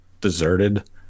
deserted